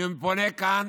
אני פונה כאן